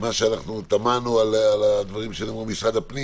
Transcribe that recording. מה שתמהנו על הדברים שנאמרו ממשרד הפנים